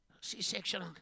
C-section